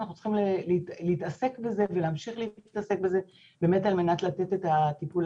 אנחנו צריכים להתעסק בה ולהמשיך להתעסק בזה באמת על מנת לתת את הטיפול